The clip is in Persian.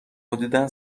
حدودا